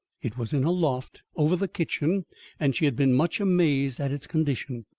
it was in a loft over the kitchen and she had been much amazed at its condition.